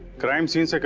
crime scenes. like